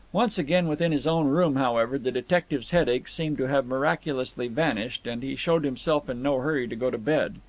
once again within his own room, however, the detective's headache seemed to have miraculously vanished, and he showed himself in no hurry to go to bed.